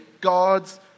God's